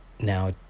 now